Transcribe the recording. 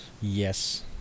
Yes